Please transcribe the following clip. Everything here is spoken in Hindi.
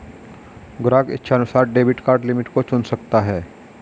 ग्राहक इच्छानुसार डेबिट कार्ड लिमिट को चुन सकता है